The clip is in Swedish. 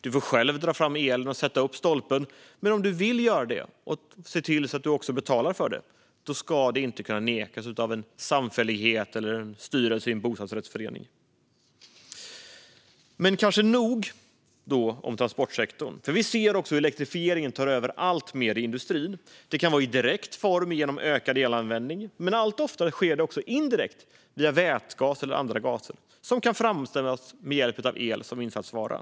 Du får själv dra fram elen och sätta upp stolpen, men om du vill göra det och ser till att du också betalar för det ska det inte kunna nekas av en samfällighet eller en styrelse i en bostadsrättsförening. Detta var kanske nog om transportsektorn. Vi ser också hur elektrifieringen tar över alltmer i industrin. Det kan vara i direkt form genom ökad elanvändning, men allt oftare sker det indirekt via vätgas eller andra gaser som kan framställas med hjälp av el som insatsvara.